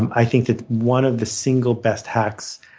i think one of the single, best hacks